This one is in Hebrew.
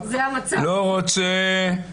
לא רוצה,